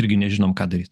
irgi nežinom ką daryt